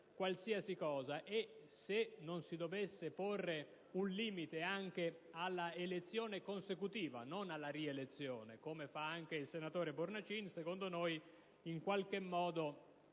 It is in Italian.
qualsiasi cosa e se non si dovesse porre un limite anche all'elezione consecutiva - non alla rielezione - (come intende fare anche il senatore Bornacin), si andrebbe in qualche modo